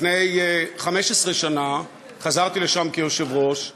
לפני 15 שנה חזרתי לשם כיושב-ראש,